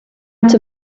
out